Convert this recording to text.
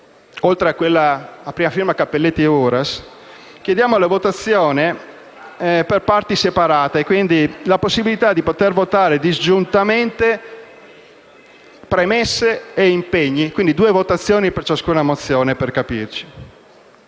firma e quella a prima firma del senatore Uras, chiediamo la votazione per parti separate e, quindi, la possibilità di votare disgiuntamente premesse e impegni: quindi due votazioni per ciascuna mozione.